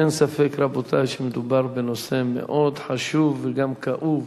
אין ספק, רבותי, שמדובר בנושא מאוד חשוב וגם כאוב.